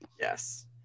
Yes